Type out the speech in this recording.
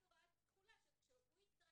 אני קובעת הוראת תחולה שכשהוא יצטרך